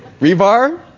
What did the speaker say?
Rebar